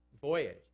voyage